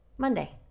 Monday